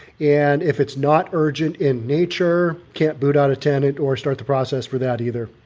and if it's not urgent in nature, can't boot out of tenant or start the process for that either.